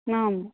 आम्